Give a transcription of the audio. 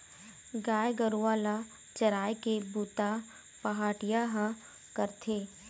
गाय गरूवा ल चराए के बूता पहाटिया ह करथे